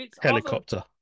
Helicopter